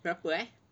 berapa eh